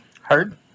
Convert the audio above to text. Heard